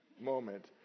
moment